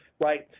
right